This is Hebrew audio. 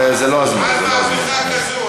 זה לא הזמן, זה לא הזמן.